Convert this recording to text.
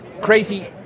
crazy